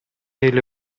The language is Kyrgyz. эле